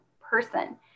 person